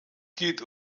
geht